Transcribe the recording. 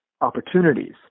opportunities